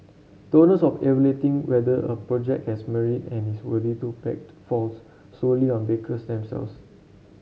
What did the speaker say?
the onus of evaluating whether a project has merit and is worthy to be backed falls solely on backers themselves